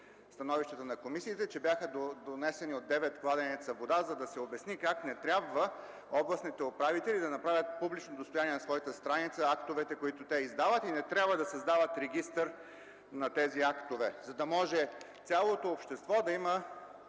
становищата на комисиите току-що чухме, че бяха донесени от девет кладенеца вода, за да се обясни как не трябва областните управители да направят публично достояние на своята страница актовете, които издават, и не трябва да създават регистър на тези актове, за да може цялото общество да има